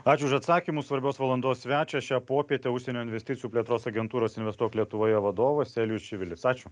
ačiū už atsakymus svarbios valandos svečias šią popietę užsienio investicijų plėtros agentūros investuok lietuvoje vadovas elijus čivilis ačiū